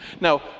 Now